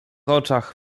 oczach